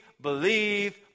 believe